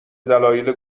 دلایل